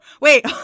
Wait